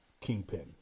Kingpin